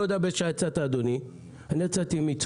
אני לא יודע באיזו שעה יצאת,